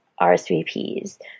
RSVPs